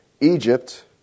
Egypt